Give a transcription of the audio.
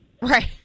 Right